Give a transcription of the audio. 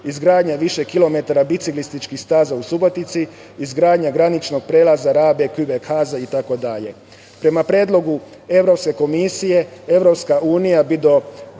izgradnja više kilometara biciklističkih staza u Subotici, izgradnja graničnog prelaza Rabe – Kubekhaza itd. Prema predlogu Evropske komisije, EU bi do